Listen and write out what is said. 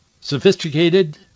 Sophisticated